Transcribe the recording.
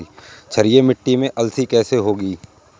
क्षारीय मिट्टी में अलसी कैसे होगी?